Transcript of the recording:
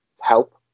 help